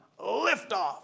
liftoff